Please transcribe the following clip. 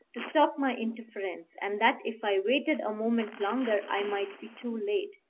to stop my interference, and that if i waited a moment longer i might be too late.